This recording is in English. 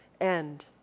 end